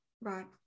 Right